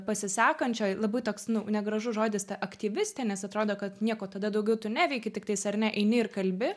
pasisakančioj labai toks nu negražus žodis ta aktyvistė nes atrodo kad nieko tada daugiau tu neveiki tiktais ar ne eini ir kalbi